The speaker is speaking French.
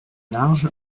large